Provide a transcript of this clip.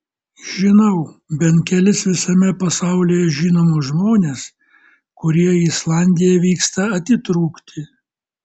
žinau bent kelis visame pasaulyje žinomus žmones kurie į islandiją vyksta atitrūkti